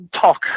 talk